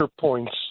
points